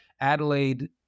Adelaide